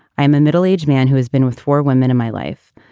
i'm a middle aged man who has been with four women in my life.